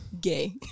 Gay